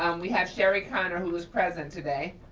and we have sherry connor who was present today.